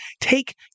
take